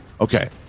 okay